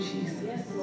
Jesus